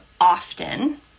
often